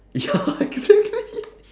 ya exactly